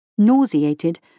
Nauseated